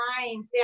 mind